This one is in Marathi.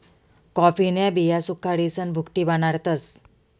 कॉफीन्या बिया सुखाडीसन भुकटी बनाडतस